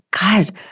God